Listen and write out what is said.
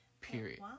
Period